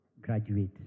graduate